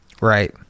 right